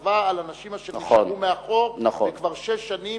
כתבה על אנשים אשר נשארו מאחור וכבר שש שנים